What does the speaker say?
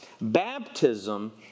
baptism